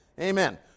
Amen